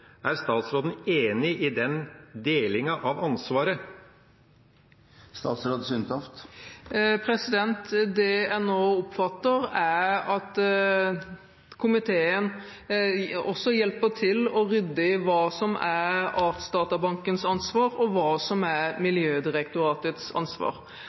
Er statsråden enig i den delinga av ansvaret? Det jeg nå oppfatter, er at komiteen også hjelper til med å rydde i hva som er Artsdatabankens ansvar, og hva som er Miljødirektoratets ansvar.